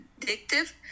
addictive